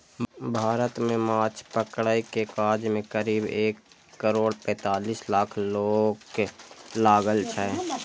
भारत मे माछ पकड़ै के काज मे करीब एक करोड़ पैंतालीस लाख लोक लागल छै